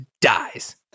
dies